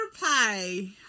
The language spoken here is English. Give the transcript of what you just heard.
pie